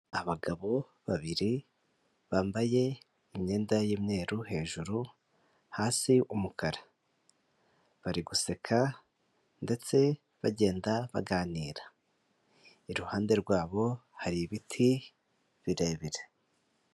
Abagabo babiri bambaye imyenda y'umweru hejuru, hasi umukara, bari guseka ndetse bagenda baganira, iruhande rwabo hari ibiti birebire.